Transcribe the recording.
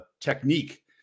technique